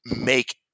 make